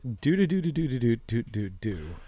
Do-do-do-do-do-do-do-do-do